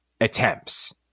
attempts